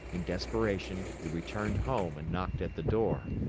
in desperation, he returned home and knocked at the door.